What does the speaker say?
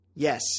Yes